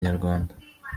inyarwanda